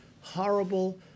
horrible